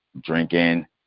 drinking